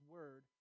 Word